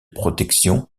protection